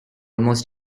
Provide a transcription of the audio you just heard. almost